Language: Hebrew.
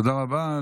תודה רבה.